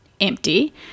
empty